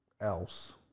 else